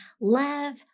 Love